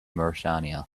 mauritania